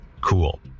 Cool